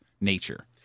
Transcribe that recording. nature